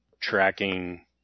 tracking